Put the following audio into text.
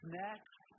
next